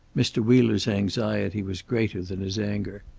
mr. wheeler's anxiety was greater than his anger.